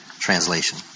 translation